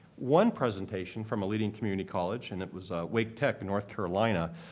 one presentation from a leading community college and it was wake tech, north carolina.